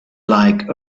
like